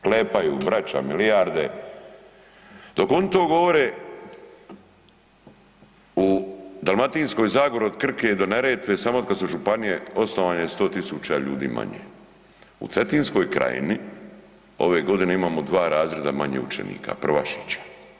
Klepaju braća milijarde, dok oni to govore u Dalmatinskoj zagori od Krke do Neretve samo od kad su županije osnovane je 100.000 ljudi manje, u Cetinskoj krajini ove godine imamo 2 razreda manje učenika prvašića.